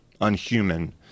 unhuman